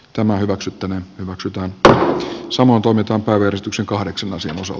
tämä hyväksyttäneen maksetun että samaa tunnetaan päivystyksen kahdeksan asian iso